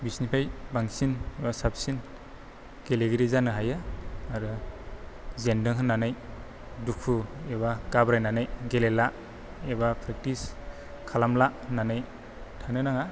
बिसोरनिफ्राय बांसिन बा साबसिन गेलेगिरि जानो हायो आरो जेनदों होन्नानै दुखु एबा गाब्रायनानै गेलेला एबा प्रेक्टिस खालामला होन्नानै थानो नाङा